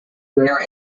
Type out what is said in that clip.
rare